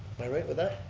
am i right with that?